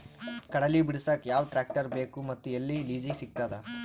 ಕಡಲಿ ಬಿಡಸಕ್ ಯಾವ ಟ್ರ್ಯಾಕ್ಟರ್ ಬೇಕು ಮತ್ತು ಎಲ್ಲಿ ಲಿಜೀಗ ಸಿಗತದ?